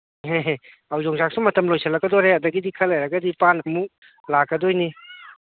ꯌꯣꯡꯆꯥꯛꯁꯨ ꯃꯇꯝ ꯂꯣꯏꯁꯜꯂꯛꯀꯗꯣꯔꯦ ꯑꯗꯒꯤꯗꯤ ꯈꯔ ꯂꯩꯔꯒꯗꯤ ꯄꯥꯟ ꯑꯃꯨꯛ ꯂꯥꯛꯀꯗꯣꯏꯅꯤ